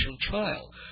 trial